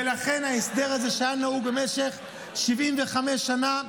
ולכן ההסדר הזה שהיה נהוג במשך 75 שנה,